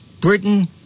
Britain